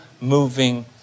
moving